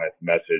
message